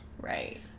right